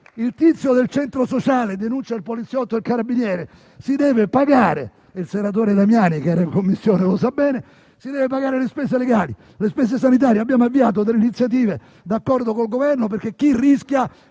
il tizio del centro sociale denuncia il poliziotto o il carabiniere, questi si deve pagare - il senatore Damiani che era in Commissione lo sa bene - le spese legali, le spese sanitarie. Abbiamo avviato delle iniziative, d'accordo con il Governo, perché chi rischia